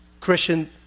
Christian